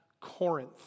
Corinth